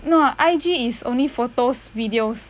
no I_G is only photos videos